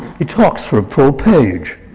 he talks for a full page,